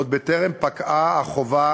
עוד בטרם פקעה החובה